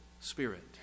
Spirit